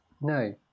No